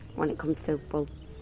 when it comes to,